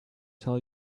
tell